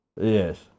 Yes